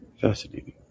fascinating